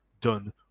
done